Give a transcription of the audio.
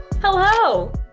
Hello